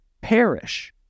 perish